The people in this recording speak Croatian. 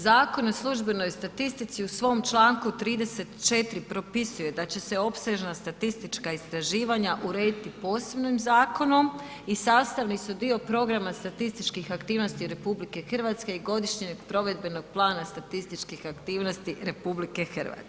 Zakon o službenoj statistici u svom čl. 34 propisuje da će se opsežna statistička istraživanja urediti posebnim zakonom i sastavni su dio Programa statističkih aktivnosti RH i Godišnjeg provedbenog plana statističkih aktivnosti RH.